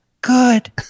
good